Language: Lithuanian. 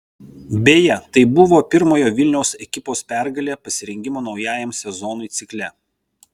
beje tai buvo pirmojo vilniaus ekipos pergalė pasirengimo naujajam sezonui cikle